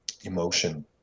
emotion